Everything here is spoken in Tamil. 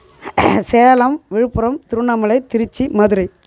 சேலம் விழுப்புரம் திருவண்ணாமலை திருச்சி மதுரை